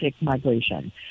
migration